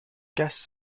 guests